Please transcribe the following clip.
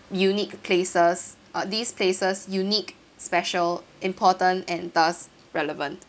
unique places uh these places unique special important and thus relevant